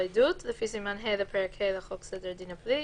עדות לפי סימן ה' לפרק ה' לחוק סדר הדין הפלילי,